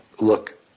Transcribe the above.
look